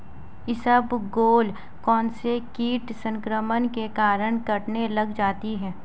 इसबगोल कौनसे कीट संक्रमण के कारण कटने लग जाती है?